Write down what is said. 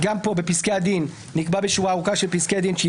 גם פה בפסקי הדין נקבע בשורה ארוכה של פסקי דין "כי